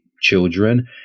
children